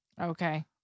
Okay